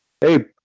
hey